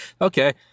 Okay